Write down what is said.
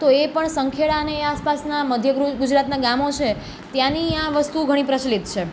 તો એ પણ સંખેડાને એ આસપાસના મધ્ય ગુજરાતનાં ગામો છે ત્યાંની આ વસ્તુઓ ઘણી પ્રચલિત છે